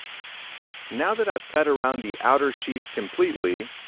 now that i have cut around the outer sheath completely,